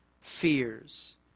fears